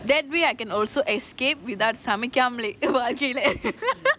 that way I can also escape without coming சமைக்காமலே வாழ்க்கையிலே:samaikaamalae vazkaiyilae